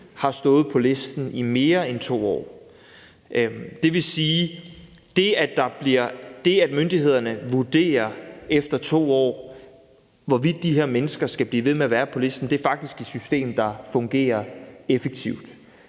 har stået på listen i mere end 2 år. Det vil sige, at det, at myndighederne efter 2 år vurderer, hvorvidt de her mennesker skal blive ved med at være på listen, faktisk er et system, der fungerer effektivt.